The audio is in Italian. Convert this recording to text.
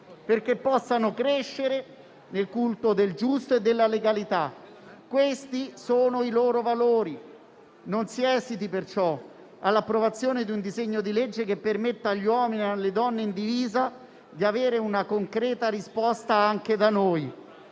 perché possano crescere nel culto del giusto e della legalità. Questi sono i loro valori. Non si esiti perciò all'approvazione di un disegno di legge che permetta agli uomini e alle donne in divisa di avere una concreta risposta anche da noi.